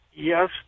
Yes